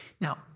Now